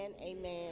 amen